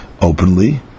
openly